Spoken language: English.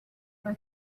but